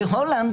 בהולנד,